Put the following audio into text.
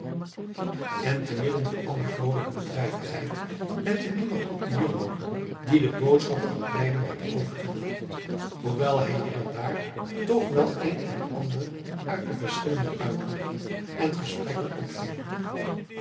en te midden van al die vroolijke bedrijvigheid lette niemand op den jongen man die de boodschap uit leiden had overgebracht hoewel hij hier en daar toch wel een en ander uit de verschillende uitroepen en gesprekken